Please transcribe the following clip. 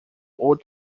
old